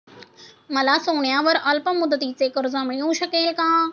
मला सोन्यावर अल्पमुदतीचे कर्ज मिळू शकेल का?